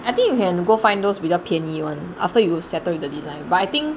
I think you can go find those 比较便宜 [one] after you settled in the design but I think